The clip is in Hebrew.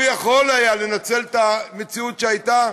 הוא יכול היה לנצל את המציאות שהייתה.